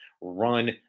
run